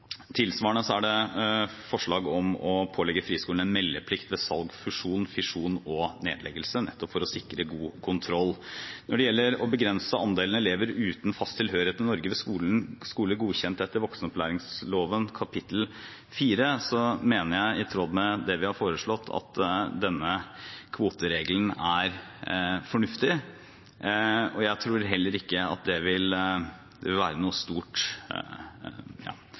Tilsvarende er det forslag om å pålegge friskolene en meldeplikt ved salg, fusjon, fisjon og nedleggelse, nettopp for å sikre god kontroll. Når det gjelder å begrense andelen elever uten fast tilhørighet i Norge ved skole godkjent etter voksenopplæringsloven kapittel 4, mener jeg – i tråd med det vi har foreslått – at denne kvoteregelen er fornuftig. Jeg tror at det vil være